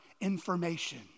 information